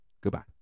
Goodbye